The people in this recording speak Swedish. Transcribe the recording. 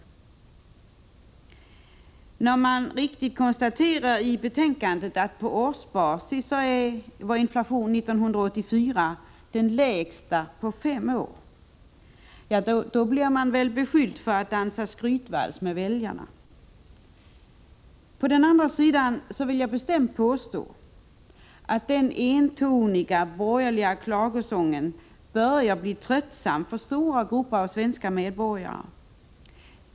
När man i betänkandet helt riktigt konstaterar att inflationen på årsbasis 1984 var den lägsta på fem år, blir man väl beskylld för att dansa skrytvals med väljarna. Jag vill bestämt påstå att den entoniga borgerliga klagosången börjar bli tröttsam för stora grupper av svenska medborgare.